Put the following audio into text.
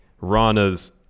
Rana's